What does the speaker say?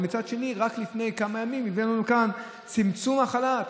ומצד שני רק לפני כמה ימים הבאנו לכאן צמצום החל"ת.